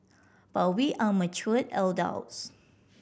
but we are mature adults